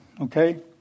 okay